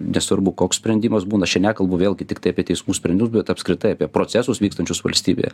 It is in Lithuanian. nesvarbu koks sprendimas būna aš čia nekalbu vėlgi tiktai apie teismų sprendimu bet apskritai apie procesus vykstančius valstybėje